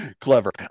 clever